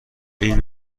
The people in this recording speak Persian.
این